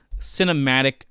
cinematic